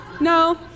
no